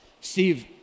Steve